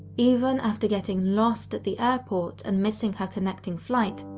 even after getting lost at the airport and missing her connecting flight,